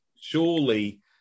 surely